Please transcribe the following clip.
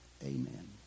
Amen